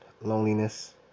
loneliness